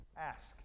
Ask